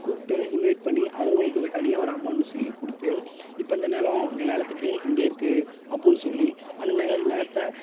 கூப்பிட்டு இன்வைட் பண்ணி அவங்களது தனியாக ஒரு அமௌண்ட் சே கொடுத்து இப்போ இந்த நிலம் இந்த நிலத்துக்கு இங்கே இருக்குது அப்புடின்னு சொல்லி அந்த நில நிலத்த